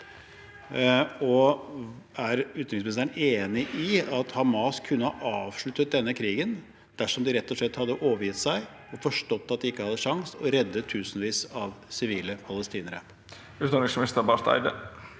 Og er utenriksministeren enig i at Hamas kunne ha avsluttet denne krigen dersom de rett og slett hadde overgitt seg, forstått at de ikke hadde en sjanse og reddet tusenvis av sivile palestinere?